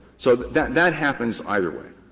so that that happens either way.